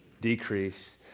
decrease